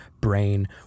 brain